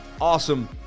awesome